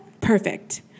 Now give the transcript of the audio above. Perfect